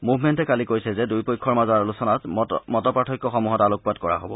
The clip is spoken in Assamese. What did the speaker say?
মুভ মেণ্টে কালি কৈছে যে দুয়োপক্ষৰ মাজৰ আলোচনাত মত পাৰ্থক্যসমূহত আলোকপাত কৰা হব